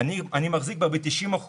ב-90%